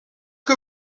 que